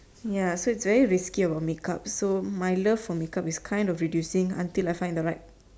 ya so is very risky about make up so my love for make up is kind of reducing until I find my right